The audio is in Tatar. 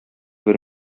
бер